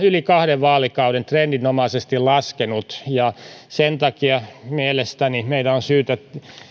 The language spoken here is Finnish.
yli kahden vaalikauden trendinomaisesti laskenut ja sen takia mielestäni meidän on syytä